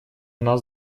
нас